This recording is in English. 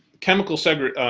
chemical segregation.